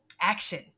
action